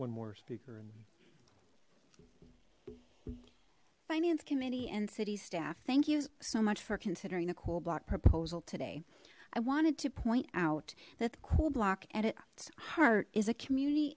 one more speaker in finance committee and city staff thank you so much for considering the cool block proposal today i wanted to point out that the cool block at its heart is a community